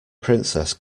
princess